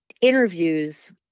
interviews